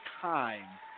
time